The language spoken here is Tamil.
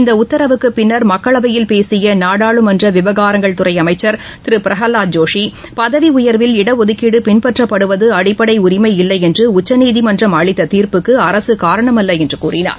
இந்த உத்தரவுக்கு பின்னர் மக்களவையில் பேசிய நாடாளுமன்ற விவகாரங்கள் துறை அமைச்சர் திரு பிரகலாத் ஜோஷி பதவி உயர்வில் இடஒதுக்கீடு பின்பற்றப்படுவது அடிப்படை உரிமை இல்லை என்று உச்சநீதிமன்றம் அளித்த தீர்ப்புக்கு அரசு காரணமல்ல என்று கூறினார்